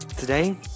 Today